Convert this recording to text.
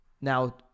Now